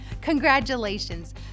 congratulations